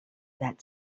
that